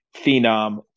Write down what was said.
phenom